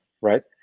right